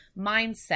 mindset